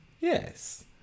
Yes